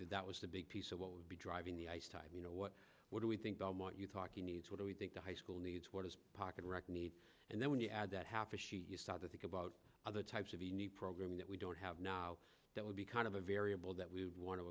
that that was the big piece of what would be driving the ice time you know what what do we think i want you talking needs what do we think the high school needs what is pocket rec need and then when you add that half a sheet you start to think about other types of a new program that we don't have now that would be kind of a variable that we would want to